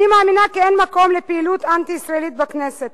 אני מאמינה כי אין מקום לפעילות אנטי-ישראלית בכנסת.